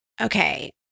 Okay